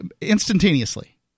instantaneously